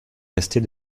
rester